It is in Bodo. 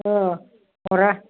हरा